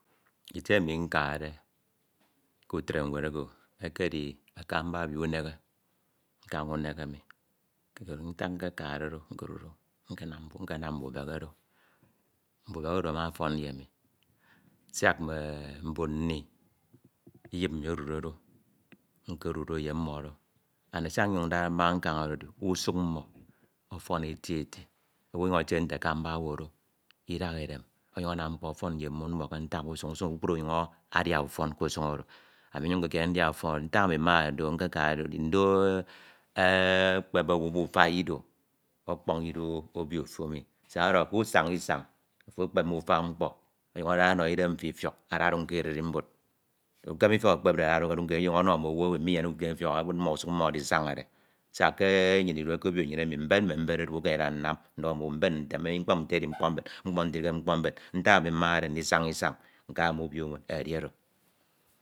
Itie emi nkada kutre ñwed oki ekedi akemba ebi umehe nkañ unehe emi. koro ntak nkekude do. nkanam mbubehe do. mbubehe odo ama ofọn ye ami siak mme mbon mmi. iyip mmi odude do nkodude ye mmọ do and siak nnyuñ mmade nkem oro edi usuñ mmo ọfọ eti eti. owu ọnyuñ etiede nte akamba owu do idaha edem ọnyuñ anam mkpobọfọn ye mbon mmọ ke ntak usuñ oro. usuñ oro kpukpru owu ọnyuñ adia ùfọn k’usuñ oro. ami nnyuñ nkekiene ndia ufọn. ntak emi ami mmade ndo nkekade ndo edi eeh ekepep owu obufo ido ọkpọñ ido obio to emi siak ọdohọ kusaña isañ afo ekpep mbufa mkpo ọnyuñ ada ono idem mfo ifiok ada odun ke ererimbot. ukem ifiok oro ekpepde ada oduñ ọnyuñ ada ọnọ mm’owu minyeneke ukem ifiok oro. awud mmo usuñ isañade siak ke nnyin idude ke obio. Nnyin emi mbed mme mbed odu ekeme ndida nnam ndọho mm’owu mbed nfem. mkpo ntem edi mkpo nfem edi mkpo ntem edi mkpo mbed. mkpo nfem idihe mkpọ mbed. Ntak ami mmade ndisana isañ nka mme ebi owo edi oro.